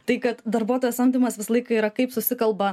tai kad darbuotojo samdymas visą laiką yra kaip susikalba